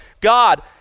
God